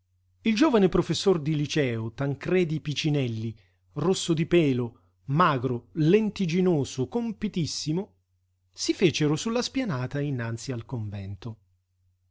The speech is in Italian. il giovane professor di liceo tancredi picinelli rosso di pelo magro lentigginoso compitissimo si fecero su la spianata innanzi al convento